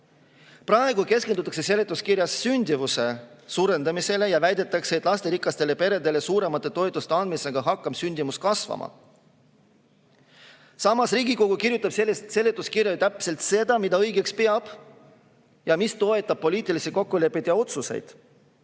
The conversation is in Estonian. Praegu keskendutakse seletuskirjas sündimuse suurendamisele ja väidetakse, et lasterikastele peredele suuremate toetuste andmisega hakkab sündimus kasvama. Samas, Riigikogu kirjutab seletuskirjas täpselt seda, mida õigeks peab ning mis toetab poliitilisi kokkuleppeid ja otsuseid,